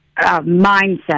mindset